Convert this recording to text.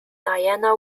diana